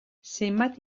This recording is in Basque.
zenbait